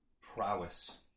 prowess